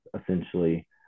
essentially